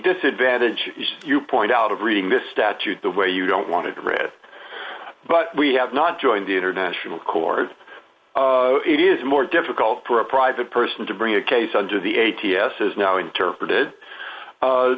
disadvantage you point out of reading this statute the way you don't want to read but we have not joined the international court it is more difficult for a private person to bring a case under the a t s is now interpreted